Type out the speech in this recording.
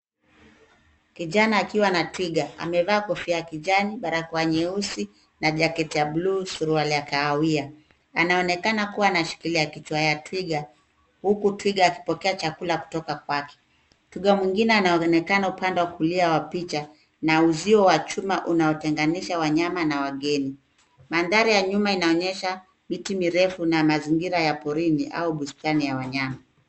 Kijana akiwa na twiga. Amevaa kofia ya kijani, barakoa nyeusi na jacket ya buluu, suruali ya kahawia. Anaonekana kuwa ameshikilia kichwa ya twiga huku twiga akipokea chakula kutoka kwake. Twiga mwingine anaonekana upande wa kulia wa picha na uzio wa chuma unaowatenganisha wanyama na wageni. Mandhari ya nyuma inaonyesha miti mirefu na mazingira ya porini au bustani ya wanyama.